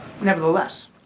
Nevertheless